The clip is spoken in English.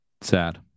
Sad